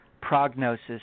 prognosis